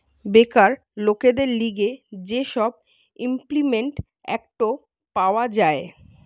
বেকার লোকদের লিগে যে সব ইমল্পিমেন্ট এক্ট পাওয়া যায়